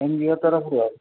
N G O ତରଫରୁ ଆଉ